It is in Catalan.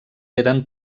eren